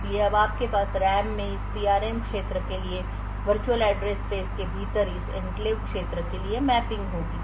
इसलिए अब आपके पास RAM में इस PRM क्षेत्र के लिए वर्चुअल एड्रेस स्पेस के भीतर इस एन्क्लेव क्षेत्र के लिए मैपिंग होगी